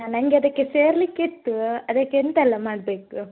ನಂಗೆ ಅದಕ್ಕೆ ಸೇರಲಿಕ್ಕಿತ್ತೂ ಅದಕ್ಕೆ ಎಂತೆಲ್ಲ ಮಾಡಬೇಕು